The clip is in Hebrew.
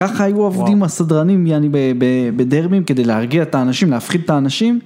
ככה היו עובדים הסדרנים יעני בדרבים כדי להרגיע את האנשים, להפחיד את האנשים.